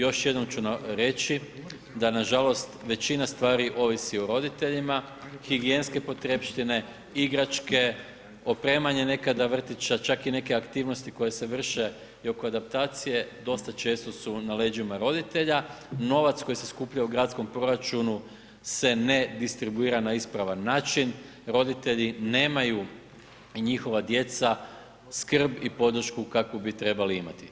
Još jednom ću reći da nažalost većina stvari ovisi o roditeljima, higijenske potrepštine, igračke, opremanje nekada vrtića, čak i neke aktivnosti koje se vrše i oko adaptacije, dosta često su na leđima roditelja, novac koji se skuplja u gradskom proračunu se ne distribuira na ispravan način, roditelji nemaju i njihova djeca skrb i podršku kakvu bi trebali imati.